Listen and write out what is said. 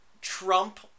Trump